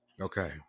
okay